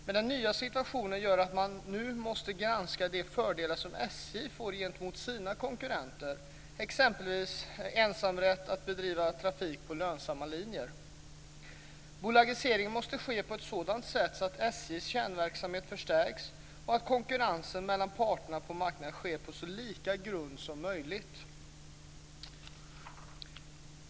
Men den nya situationen gör att man nu måste granska de fördelar som SJ får gentemot sina konkurrenter, t.ex. ensamrätt att bedriva trafik på lönsamma linjer. Bolagiseringen måste ske på ett sådant sätt att SJ:s kärnverksamhet förstärks och att konkurrensen mellan parterna på marknaden sker på så lika grunder som möjligt.